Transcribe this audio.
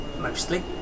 mostly